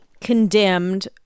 condemned